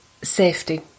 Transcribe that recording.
safety